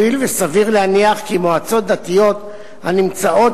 הואיל וסביר להניח כי מועצות דתיות הנמצאות